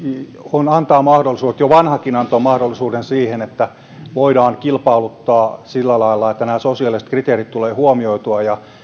antaa mahdollisuudet siihen jo vanhakin antoi siihen mahdollisuuden että voidaan kilpailuttaa sillä lailla että nämä sosiaaliset kriteerit tulee huomioitua